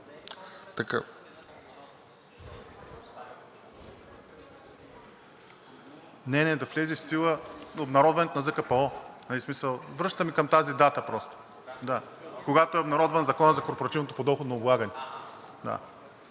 Не, не, да влезе в сила обнародването на ЗКПО. Връщаме към тази дата просто, когато е обнародван Законът за корпоративното подоходно облагане.